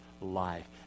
life